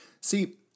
see